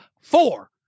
four